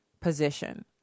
Position